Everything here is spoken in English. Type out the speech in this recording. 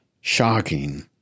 shocking